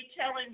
telling